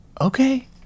Okay